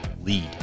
Lead